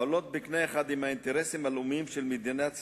העולות בקנה אחד עם האינטרסים הלאומיים של מדינת ישראל,